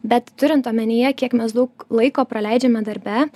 bet turint omenyje kiek mes daug laiko praleidžiame darbe